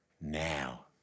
Now